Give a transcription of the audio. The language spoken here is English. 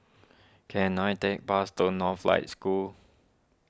can I take bus to Northlight School